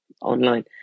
online